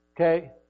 Okay